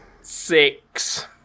Six